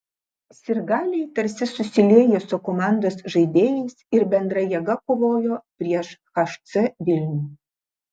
sirgaliai tarsi susiliejo su komandos žaidėjais ir bendra jėga kovojo prieš hc vilnių